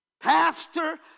Pastor